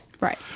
Right